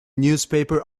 newspaper